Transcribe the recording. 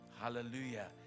Hallelujah